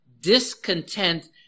discontent